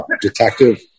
detective